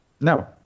No